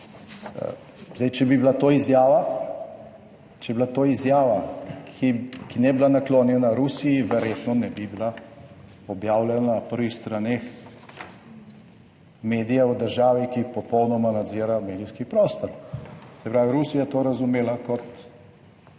izjava, če bi bila to izjava, ki ne bi bila naklonjena Rusiji, verjetno ne bi bila objavljena na prvih straneh medija v državi, ki popolnoma nadzira medijski prostor. Se pravi, Rusija je to razumela kot